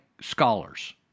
scholars